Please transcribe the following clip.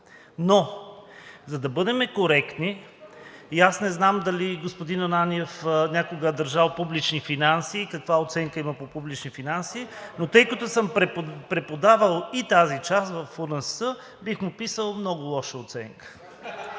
Но за да бъдем коректни, аз не знам дали господин Ананиев някога е държал изпит и каква оценка има по публични финанси. Тъй като съм преподавал тази част в УНСС, то бих му писал много лоша оценка.